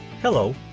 Hello